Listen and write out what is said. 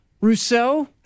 rousseau